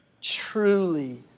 truly